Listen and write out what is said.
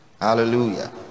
hallelujah